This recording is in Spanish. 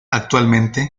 actualmente